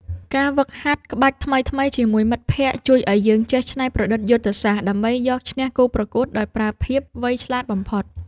ការហ្វឹកហាត់ក្បាច់ថ្មីៗជាមួយមិត្តភក្តិជួយឱ្យយើងចេះច្នៃប្រឌិតយុទ្ធសាស្ត្រ ដើម្បីយកឈ្នះគូប្រកួតដោយប្រើភាពវៃឆ្លាតបំផុត។